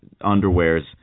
underwears